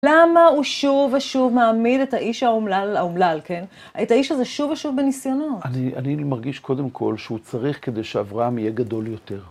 למה הוא שוב ושוב מעמיד את האיש האומלל, כן? את האיש הזה שוב ושוב בניסיונות. אני מרגיש קודם כל שהוא צריך כדי שאברהם יהיה גדול יותר.